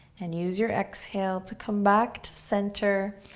and use your exhale to come back to center.